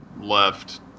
left